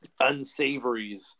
unsavories